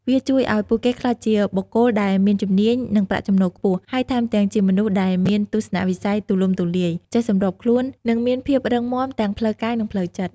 វាជួយឱ្យពួកគេក្លាយជាបុគ្គលដែលមានជំនាញ និងប្រាក់ចំណូលខ្ពស់ ហើយថែមទាំងជាមនុស្សដែលមានទស្សនវិស័យទូលំទូលាយ ចេះសម្របខ្លួន និងមានភាពរឹងមាំទាំងផ្លូវកាយ និងផ្លូវចិត្ត។